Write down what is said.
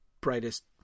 brightest